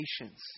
patience